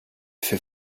fait